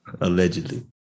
Allegedly